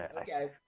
Okay